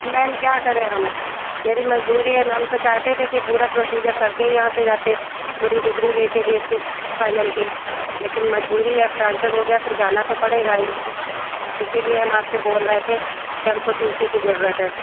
ma'am क्या करें हम मेरी मजबूरी है मैम हम तो चाहते थे कि पूरा प्रोसीजर करके ही यहाँ से जाते पूरी डिग्री लेकर बी एससी फ़ाइनल की लेकिन मजबूरी है अब ट्रान्सफ़र हो गया तो जाना तो पड़ेगा ही इसीलिए हम आपसे बोल रहे थे कि हमको टी सी की ज़रूरत है